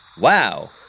Wow